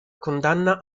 condanna